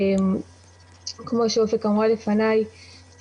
כמו שאופק אמרה לפניי,